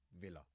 Villa